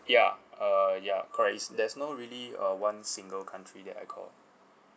ya uh ya correct it's there's no really uh one single country that I call